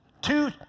Two